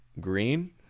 Green